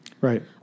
Right